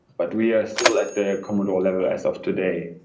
but we are still at the commodore level as of today.